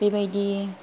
बेबायदि